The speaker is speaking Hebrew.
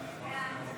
אטבריאן,